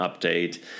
update